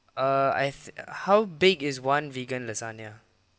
uh I th~ how big is one vegan lasagne